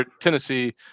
Tennessee